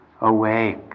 awake